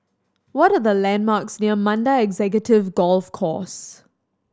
what the landmarks near Mandai Executive Golf Course